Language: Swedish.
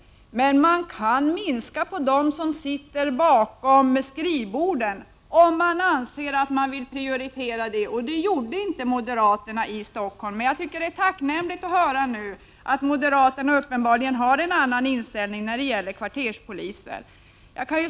Men man kan minska på den personal som sitter bakom skrivborden, om man vill prioritera kvarterspolisen. Det ville moderaterna i Stockholm inte göra, och det är därför tacknämligt att få höra att moderaterna nu uppenbarligen har en annan inställning när det gäller kvarterspolisen.